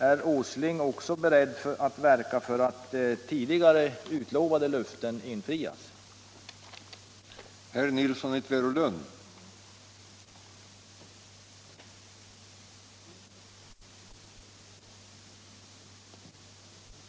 Är herr Åsling också beredd att verka för att Nr 30 tidigare löften infrias? Fredagen den